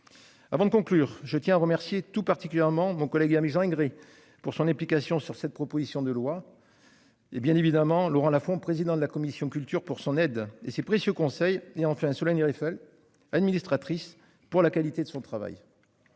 Avant de conclure, je tiens à remercier tout particulièrement mon collègue et mis en Hongrie pour son implication sur cette proposition de loi. Et bien évidemment Laurent Lafon, président de la commission culture pour son aide et ses précieux conseils et en fait un soleil Rieffel administratrice pour la qualité de son travail.